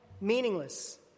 meaningless